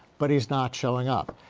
but he's not showing up,